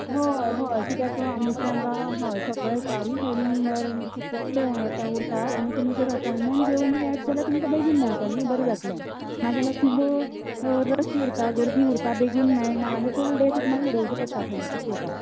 होय होय कित्याक तो आमचे हांगा हय सगळे चारूय सायडीन म्हणल्यार फुल्ल हें उरतात आनी तुमी जर अपॉइन्ट्मन्ट घेवुनूय येता जाल्यार तुमका बेगीन मेळटलें न्ही बरें जातलें नाजाल्यार खूब रश उरता गर्दी उरता बेगीन मेळना आनी फुल डॅ तुका मागीर उडोवचें पडटा थंय अशें जाता